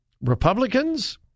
Republicans